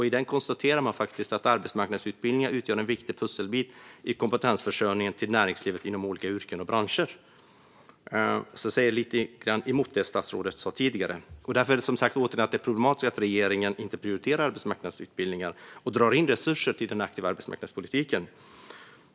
I den konstaterar man faktiskt att arbetsmarknadsutbildningar utgör en viktig pusselbit i kompetensförsörjningen till näringslivet inom olika yrken och branscher. Det säger lite grann emot det statsrådet sa tidigare. Därför är det som sagt problematiskt att regeringen inte prioriterar arbetsmarknadsutbildningar utan drar in resurser till den aktiva arbetsmarknadspolitiken.